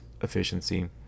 efficiency